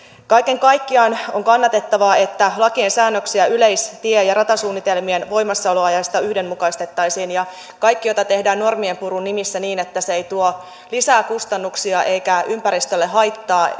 kaiken kaikkiaan on kannatettavaa että lakeja ja säännöksiä yleis tie ja ratasuunnitelmien voimassaoloajasta yhdenmukaistettaisiin ja kaikki tämäntyyppiset ratkaisut joita tehdään normien purun nimissä niin että se ei tuo lisää kustannuksia eikä ympäristölle haittaa